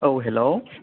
औ हेल'